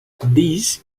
this